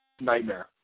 nightmare